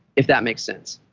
if that makes sense